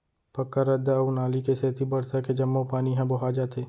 पक्का रद्दा अउ नाली के सेती बरसा के जम्मो पानी ह बोहा जाथे